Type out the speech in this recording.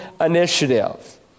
initiative